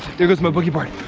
there goes my boogie board.